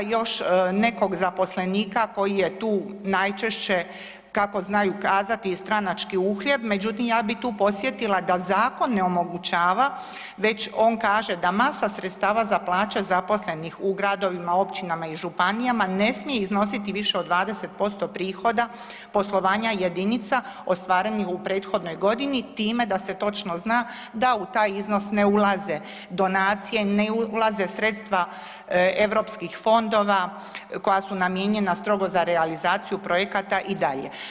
Još nekog zaposlenika koji je tu najčešće, kako znaju kazati, stranački uhljeb, međutim, ja bih tu podsjetila da zakon ne omogućava, već on kaže da masa sredstava za plaće zaposlenih u gradovima, općinama i županijama ne smije iznositi više od 20% prihoda poslovanja jedinica ostvarenih u prethodnoj godini, time da se točno zna da u taj iznos ne ulaze donacije, ne ulaze sredstva EU fondova koja su namijenjena strogo za realizaciju projekata i dalje.